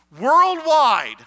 Worldwide